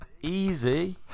easy